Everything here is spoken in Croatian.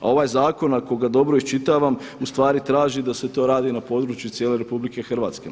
A ovaj zakon ako ga dobro iščitavam ustvari traži da se to radi na području cijele RH.